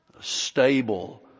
stable